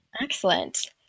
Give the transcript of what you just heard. Excellent